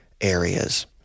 areas